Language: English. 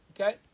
Okay